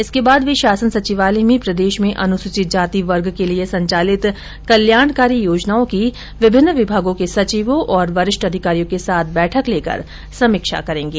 इसके बाद वे शासन सचिवालय में प्रदेश में अनुसूचित जाति वर्ग के लिए संचालित कल्याणकारी योजनाओं की विभिन्न विभागों के सचिवों और वरिष्ठ अधिकारियों के साथ बैठक लेकर समीक्षा करेगें